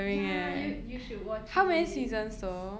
ya you you should watch it it's